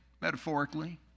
metaphorically